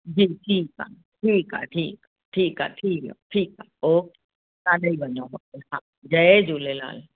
जी ठीकु आहे ठीकु आहे ठीकु आहे ठीकु आहे ठीकु आहे ठीकु आहे ओके तव्हां ॾेई वञो हा जय झूलेलाल